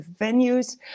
venues